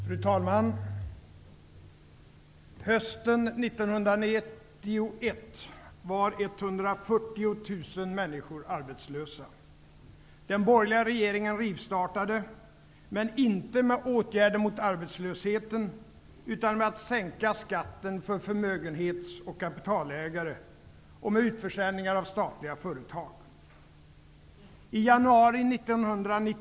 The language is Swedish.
Fru talman! Hösten 1991 var 140 000 människor arbetslösa. Den borgerliga regeringen rivstartade, men inte med åtgärder mot arbetslösheten utan med att sänka skatten för förmögenhets och kapitalägare och med utförsäljningar av statliga företag.